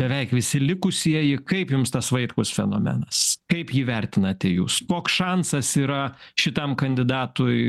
beveik visi likusieji kaip jums tas vaitkaus fenomenas kaip jį vertinate jūs koks šansas yra šitam kandidatui